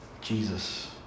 Jesus